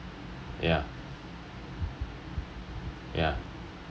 ya ya